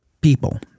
people